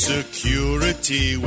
Security